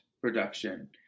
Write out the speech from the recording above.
production